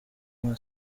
nka